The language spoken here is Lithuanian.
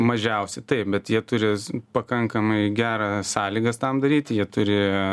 mažiausi taip bet jie turi s pakankamai geras sąlygas tam daryti jie turi